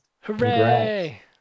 Hooray